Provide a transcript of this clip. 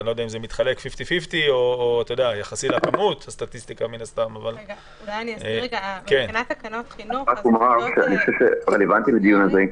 לא יודע אם זה מתחלק 50% 50%. מה שרלוונטי לדיון הזה,